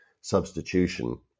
substitution